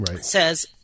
says